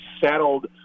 settled